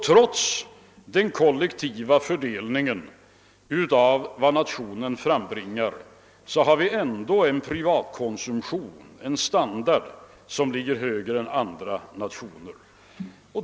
Trots den kollektiva fördelningen av vad nationen frambringar har vi alltså en privatkonsumtion, en standard, som ligger högre än andra nationers.